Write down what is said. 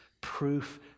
proof